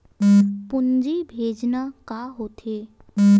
पूंजी भेजना का होथे?